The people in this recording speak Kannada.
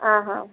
ಹಾಂ ಹಾಂ